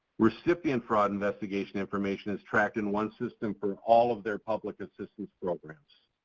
recipient fraud investigation information is tracked in one system for all of their public assistance programs.